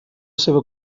seva